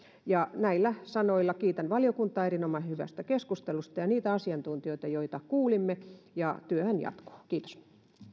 näillä sanoilla kiitän valiokuntaa erinomaisen hyvästä keskustelusta ja niitä asiantuntijoita joita kuulimme ja työhän jatkuu kiitos